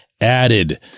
Added